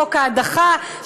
חוק ההדחה,